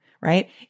right